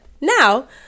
now